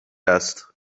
است